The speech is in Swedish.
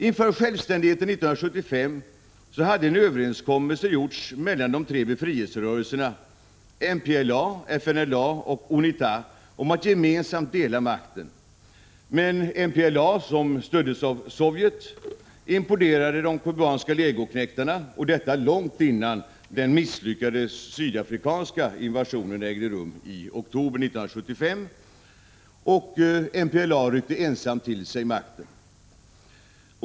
Inför självständigheten 1975 hade en överenskommelse gjorts mellan de tre befrielserörelserna MPLA, FNLA och UNITA om att gemensamt dela makten. Men MPLA, som stöddes av Sovjet, importerade kubanska legoknektar, och detta långt innan den misslyckade sydafrikanska invasionen ägde rum i oktober 1975. MPLA ryckte ensamt till sig makten.